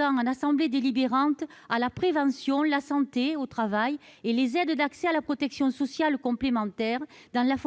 en assemblée délibérante à la prévention, la santé au travail et aux aides à la protection sociale complémentaire dans la fonction